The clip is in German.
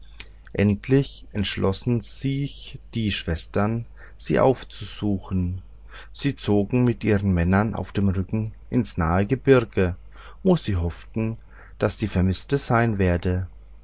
endlich entschlossen sich die schwestern sie aufzusuchen sie zogen mit ihren männern auf dem rücken ins nahe gebirge wo sie hofften daß die vermißte sein werde